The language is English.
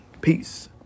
Peace